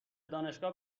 دانشگاه